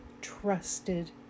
trusted